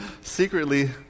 secretly